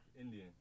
Indian